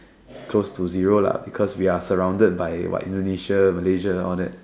close to zero lah because we are surrounded by what Indonesia Malaysia all that